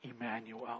Emmanuel